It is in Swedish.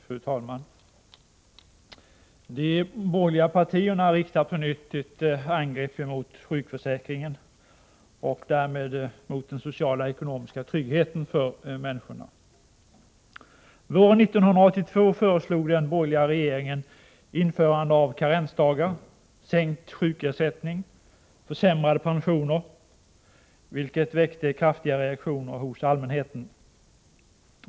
Fru talman! De borgerliga partierna riktar på nytt ett angrepp mot sjukförsäkringen och därmed mot den sociala och ekonomiska tryggheten för människorna. Våren 1982 föreslog den borgerliga regeringen införande av karensdagar, sänkt sjukersättning och försämrade pensioner, vilket väckte kraftiga reaktioner hos allmänheten.